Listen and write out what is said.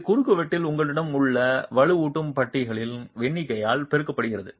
இது குறுக்குவெட்டில் உங்களிடம் உள்ள வலுவூட்டும் பட்டிகளின் எண்ணிக்கையால் பெருக்கப்படுகிறது